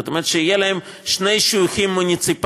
זאת אומרת, יהיו להם שני שיוכים מוניציפליים: